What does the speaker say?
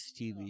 TV